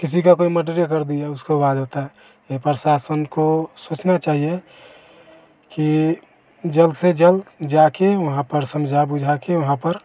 किसी का कोई मडर ही कर दिया उसके बाद होता है प्रशासन को सोचना चाहिए कि जल्द से जल्द जाकर वहाँ पर समझा बुझाकर वहाँ पर